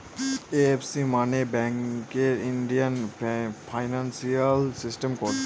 IFC মানে ব্যাঙ্কের Indian financial system code